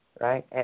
right